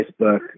Facebook